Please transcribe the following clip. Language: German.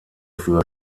für